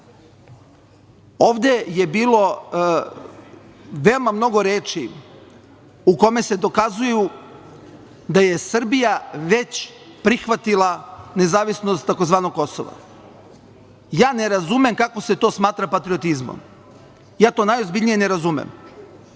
je bilo veoma mnogo reči u kome se dokazuju da je Srbija već prihvatila nezavisnost tzv. Kosova. Ja ne razumem kako se to smatra patriotizmom? Ja to najozbiljnije ne razumem.